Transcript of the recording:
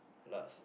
last